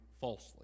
falsely